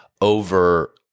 over